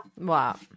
wow